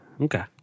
Okay